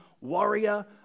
warrior